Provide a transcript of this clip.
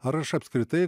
ar aš apskritai